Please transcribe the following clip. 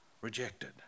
rejected